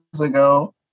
ago